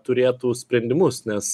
turėtų sprendimus nes